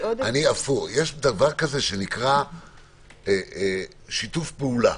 יש דבר שנקרא שיתוף פעולה.